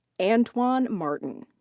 antoine martin.